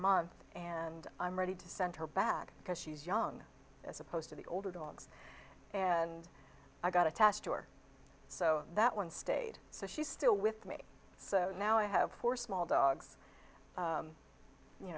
month and i'm ready to send her back because she's young as opposed to the older dogs and i got attached to her so that one stayed so she's still with me so now i have four small dogs